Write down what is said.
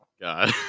God